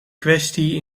kwestie